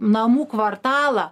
namų kvartalą